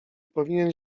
powinien